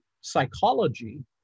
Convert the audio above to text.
psychology